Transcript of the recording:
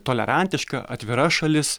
tolerantiška atvira šalis